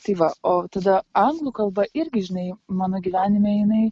tai va o tada anglų kalba irgi žinai mano gyvenime jinai